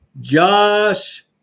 Josh